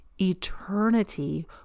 eternity